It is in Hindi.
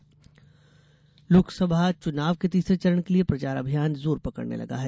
चुनाव प्रचार लोकसभा चुनाव के तीसरे चरण के लिए प्रचार अभियान जोर पकड़ने लगा है